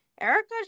Erica